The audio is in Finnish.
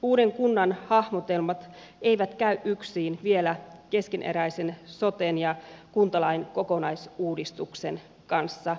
uuden kunnan hahmotelmat eivät käy yksiin vielä keskeneräisen soten ja kuntalain kokonaisuudistuksen kanssa